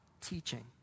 teaching